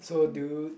so do